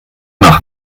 nach